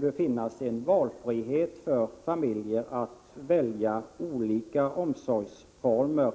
bör finnas en frihet för familjerna att välja olika omsorgsformer.